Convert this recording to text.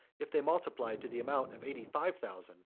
if they multiplied to the amount of eighty-five thousand,